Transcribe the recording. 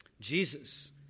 Jesus